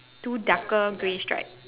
two darker grey stripe